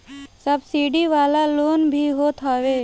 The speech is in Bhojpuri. सब्सिडी वाला लोन भी होत हवे